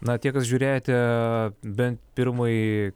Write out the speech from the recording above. na tie kas žiūrėjote bent pirmąjį